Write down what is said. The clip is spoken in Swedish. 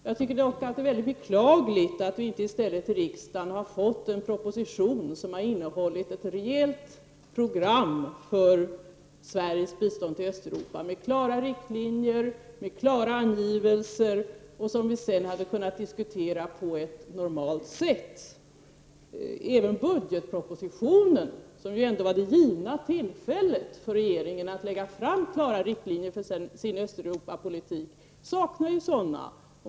Det är väldigt beklagligt att vi till riksdagen i stället inte har fått en proposition som innehåller ett rejält program för Sveriges bistånd till Östeuropa med klara riktlinjer, med klara angivelser som vi hade kunnat diskutera på sedvanligt sätt. Även budgetpropositionen, som ändå var det givna tillfället för regeringen att lägga fram klara riktlinjer för sin Östeuropapolitik, saknar ju sådana.